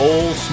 Old